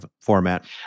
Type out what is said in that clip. format